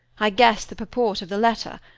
i guess the purport of the letter,